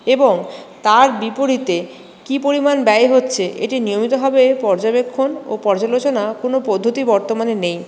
এবং তার বিপরীতে কি পরিমাণ ব্যয় হচ্ছে এটি নিয়মিত ভাবে পর্যবেক্ষণ ও পর্যালোচনা কোন পদ্ধতি বর্তমানে নেই